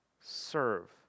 serve